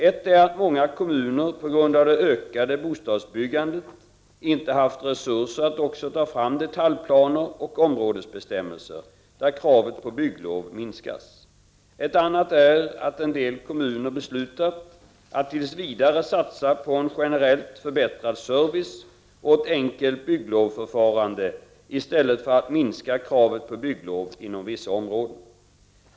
Ett är att många kommuner på grund av det ökade bostadsbyggandet inte haft resurser att också ta fram detaljplaner och områdesbestämmelser, där kravet på bygglov minskas. Ett annat är att en del kommuner beslutat att tills vidare satsa på en generellt förbättrad service och ett enkelt bygglovsförfarande i stället för att minska kravet på bygglov inom vissa områden.